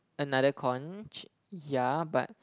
another conch yeah but